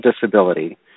disability